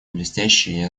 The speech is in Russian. блестящие